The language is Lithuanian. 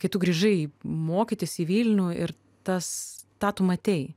kai tu grįžai mokytis į vilnių ir tas tą tu matei